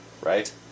right